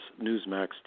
Newsmax